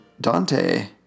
Dante